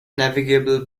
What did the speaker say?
navigable